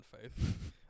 faith